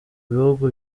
bihugu